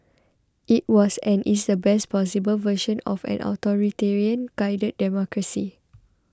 it was and is the best possible version of an authoritarian guided democracy